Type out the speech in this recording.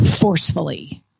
forcefully